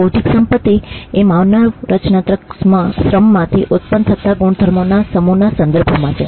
બૌદ્ધિક સંપત્તિ એ માનવ રચનાત્મક શ્રમમાંથી ઉત્પન્ન થતા ગુણધર્મોના સમૂહના સંદર્ભમાં છે